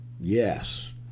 Yes